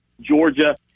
Georgia